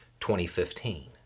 2015